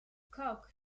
cooke